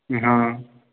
हँ